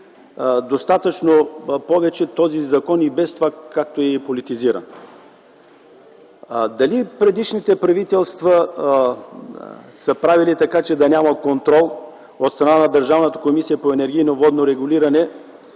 политизирате този закон, който и без това е политизиран. Дали предишните правителства са правили така, че да няма контрол от страна на Държавната комисия по енергийно и водно регулиране,